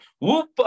whoop